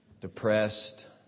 depressed